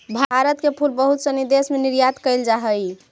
भारत के फूल बहुत सनी देश में निर्यात कैल जा हइ